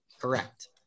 Correct